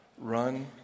run